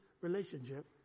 relationship